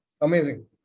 Amazing